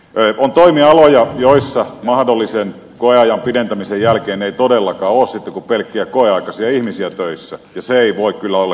on toimialoja joilla mahdollisen koeajan pidentämisen jälkeen ei todellakaan ole sitten kuin pelkkiä koeaikaisia ihmisiä töissä ja se ei voi kyllä olla kenenkään tavoite